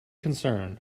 concerned